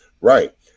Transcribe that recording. Right